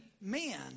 men